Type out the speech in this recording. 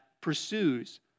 pursues